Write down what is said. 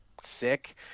sick